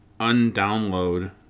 undownload